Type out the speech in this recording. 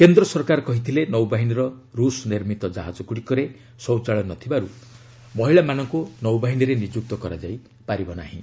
କେନ୍ଦ୍ର ସରକାର କହିଥିଲେ ନୌବାହିନୀର ରୁଷ ନିର୍ମିତ ଜାହାଜଗୁଡ଼ିକରେ ଶୌଚାଳୟ ନ ଥିବାରୁ ମହିଳାମାନଙ୍କୁ ନୌବାହିନୀରେ ନିଯୁକ୍ତ କରାଯାଇ ପାରିବ ନାହିଁ